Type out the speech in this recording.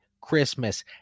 Christmas